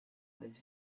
was